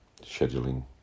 scheduling